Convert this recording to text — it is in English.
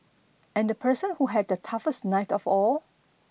and the person who had the toughest night of all